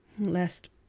lest